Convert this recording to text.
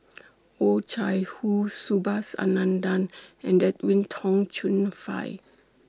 Oh Chai Hoo Subhas Anandan and Edwin Tong Chun Fai